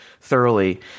thoroughly